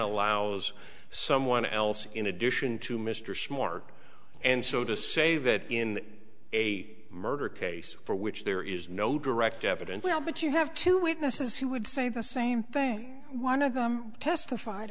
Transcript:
allows someone else in addition to mr smart and so to say that in a murder case for which there is no direct evidence at all but you have to witness is he would say the same thing one of them testified